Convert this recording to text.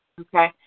Okay